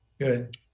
Good